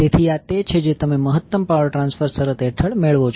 તેથી આ તે છે જે તમે મહત્તમ પાવર ટ્રાન્સફર શરત હેઠળ મેળવો છો